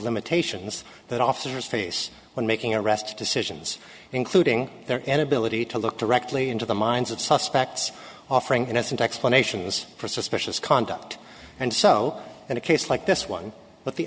limitations that officers face when making arrests decisions including their edibility to look directly into the minds of suspects offering innocent explanations for suspicious conduct and so in a case like this one but the